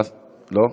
לא?